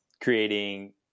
creating